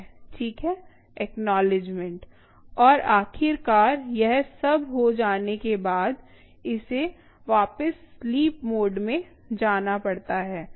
acknowledgement और आखिरकार यह सब हो जाने के बाद उसे वापस स्लीप मोड मे जाना पड़ता है